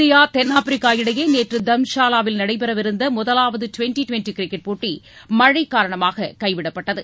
India தென்னாப்பிரிக்கா இடையே நேற்று தரம்சாலாவில் நடைபெறவிருந்த முதவாவது டிவெண்டி டிவெண்டி கிரிக்கெட் போட்டி மழை காரணமாக கைவிடப்பட்டது